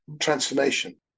transformation